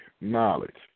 knowledge